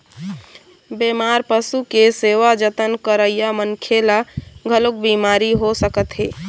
बेमार पशु के सेवा जतन करइया मनखे ल घलोक बिमारी हो सकत हे